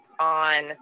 on